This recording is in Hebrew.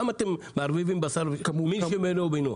למה אתם מערבבים מין בשאינו מינו?